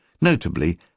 notably